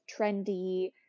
trendy